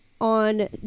on